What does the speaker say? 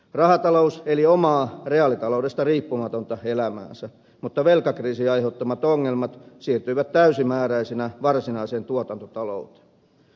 rahatalous eli omaa reaalitaloudesta riippumatonta elämäänsä mutta velkakriisin aiheuttamat ongelmat siirtyivät täysimääräisinä varsinaiseen tuotantotalouteen